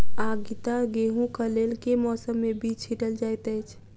आगिता गेंहूँ कऽ लेल केँ मौसम मे बीज छिटल जाइत अछि?